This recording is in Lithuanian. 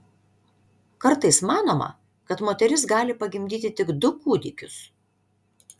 kartais manoma kad moteris gali pagimdyti tik du kūdikius